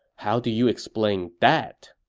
how do you explain that?